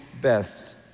best